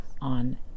on